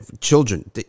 children